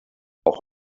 auch